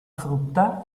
frutta